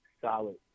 solid